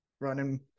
running